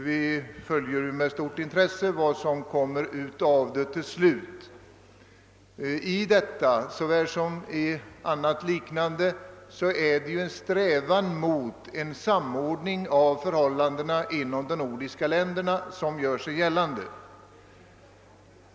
Vi följer med stort intresse vad som till slut skall komma ut av det. Det är alltså en strävan mot en samordning av förhållandena inom de nordiska länderna som gör sig gällande.